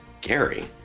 Gary